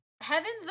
Heaven's